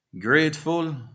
grateful